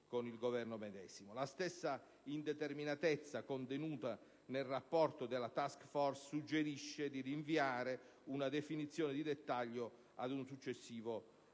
La stessa indeterminatezza contenuta nel rapporto della *task force* suggerisce di rinviare una definizione di dettaglio ad un successivo approfondimento.